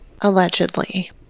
Allegedly